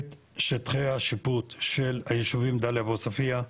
את שטחי השיפוט של הישובים דאליה ועוספיה.